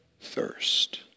thirst